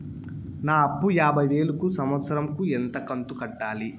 నా అప్పు యాభై వేలు కు సంవత్సరం కు ఎంత కంతు కట్టాలి?